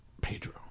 Pedro